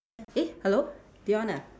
eh hello Dion ah